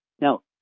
Now